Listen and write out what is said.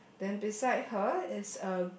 then beside her is a